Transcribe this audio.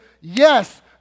yes